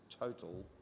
total